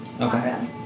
Okay